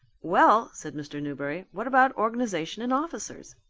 well, said mr. newberry, what about organization and officers?